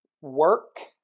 Work